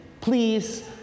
please